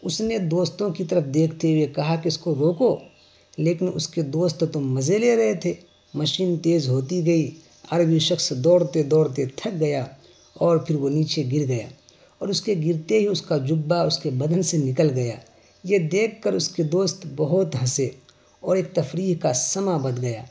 اس نے دوستوں کی طرف دیکھتے ہوئے کہا کہ اس کو روکو لیکن اس کے دوست تو مزے لے رہے تھے مشین تیز ہوتی گئی عری شخص دوڑتے دوڑتے تھک گیا اور پھر وہ نیچے گر گیا اور اس کے گرتے ہی اس کا جبہ اس کے بدن سے نکل گیا یہ دیکھ کر اس کے دوست بہت ہنسے اور ایک تفریح کا سماں بندھ گیا